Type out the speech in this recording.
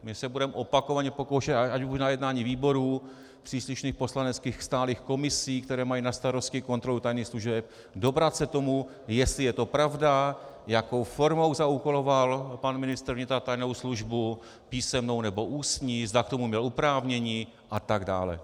My se budeme opakovaně pokoušet, ať už na jednáních výborů, příslušných poslaneckých stálých komisí, které mají na starosti kontrolu tajných služeb, dobrat se toho, jestli je to pravda, jakou formou zaúkoloval pan ministr vnitra tajnou službu, písemnou nebo ústní, zda k tomu měl oprávnění atd.